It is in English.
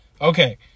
okay